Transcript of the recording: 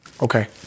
Okay